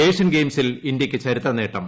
Asian ഗെയിംസിൽ ഇന്ത്യയ്ക്ക് ചരിത്ര നേട്ടം